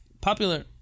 popular